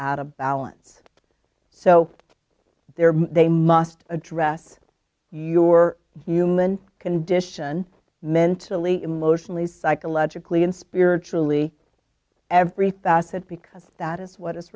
out of balance so there they must address your human condition mentally emotionally psychologically and spiritually every thought that because that is what is